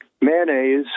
mayonnaise